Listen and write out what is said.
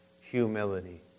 Humility